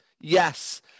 Yes